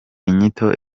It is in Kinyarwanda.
inyito